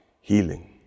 healing